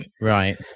Right